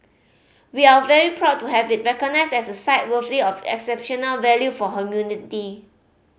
we are very proud to have it recognised as a site worthy of exceptional value for humanity